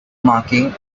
marking